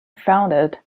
funded